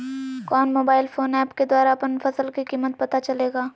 कौन mobile phone app के द्वारा अपन फसल के कीमत पता चलेगा?